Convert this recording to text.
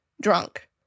drunk